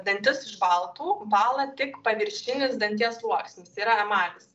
dantis išbaltų bąla tik paviršinis danties sluoksnis tai yra emalis